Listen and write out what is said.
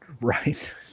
right